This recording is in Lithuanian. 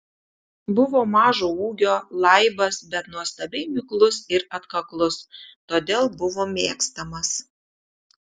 buvo mažo ūgio laibas bet nuostabiai miklus ir atkaklus todėl buvo mėgstamas